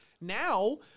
now